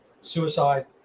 suicide